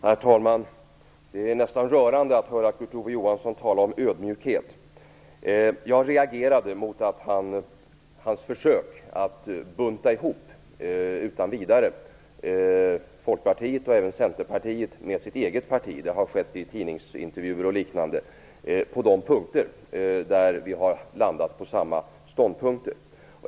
Herr talman! Det är nästan rörande att höra Kurt Ove Johansson tala om ödmjukhet. Jag reagerade mot hans försök att utan vidare bunta ihop Folkpartiet och även Centerpartiet med sitt eget parti - det har skett i tidningsintervjuer och liknande - på de punkter där vi har landat på samma ståndpunkter.